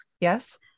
Yes